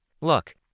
Look